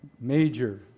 major